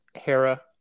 Hera